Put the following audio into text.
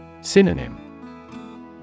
synonym